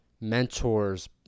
mentors